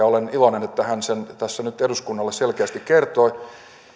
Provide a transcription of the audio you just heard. olen iloinen että hän sen tässä nyt eduskunnalle selkeästi kertoi